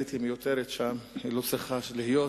הישראלית מיותרת שם, היא לא צריכה להיות.